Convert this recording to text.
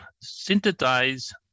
synthesize